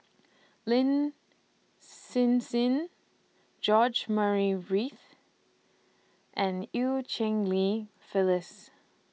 Lin Hsin Hsin George Murray Reith and EU Cheng Li Phyllis